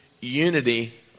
unity